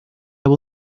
will